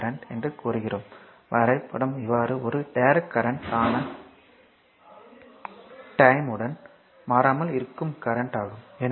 C current என்று கூறுகிறோம் வரைபடம் இவ்வாறு ஒரு டைரக்ட் கரண்ட் ஆனது டைம் உடன் மாறாமல் இருக்கும் கரண்ட் ஆகும்